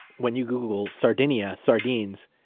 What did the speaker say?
when you google sardinia sardines,